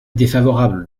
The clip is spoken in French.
défavorable